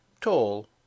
tall